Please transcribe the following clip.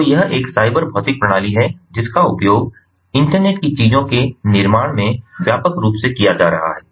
तो यह एक साइबर भौतिक प्रणाली है जिसका उपयोग इंटरनेट की चीजों के निर्माण में व्यापक रूप से किया जा रहा है